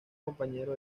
compañero